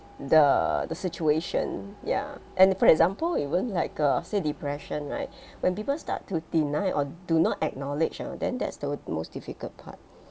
the the situation ya and for example even like uh say depression right when people start to deny or do not acknowledge ah then that's the most difficult part